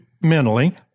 mentally